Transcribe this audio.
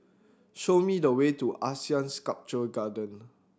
show me the way to ASEAN Sculpture Garden